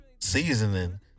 seasoning